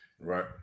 right